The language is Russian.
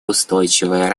устойчивое